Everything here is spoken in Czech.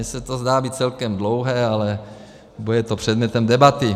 Mně se to zdá být celkem dlouhé, ale bude to předmětem debaty.